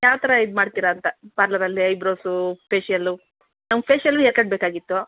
ಯಾವ ಥರ ಇದು ಮಾಡ್ತೀರಾ ಅಂತ ಪಾರ್ಲರಲ್ಲಿ ಐಬ್ರೋಸು ಪೇಶಿಯಲ್ಲು ನಮಗೆ ಫೇಶಿಯಲ್ಲೂ ಬೇಕಾಗಿತ್ತು